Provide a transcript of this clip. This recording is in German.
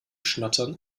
schnattern